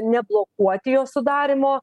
neblokuoti jos sudarymo